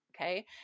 Okay